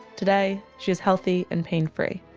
today, she is healthy and pain free.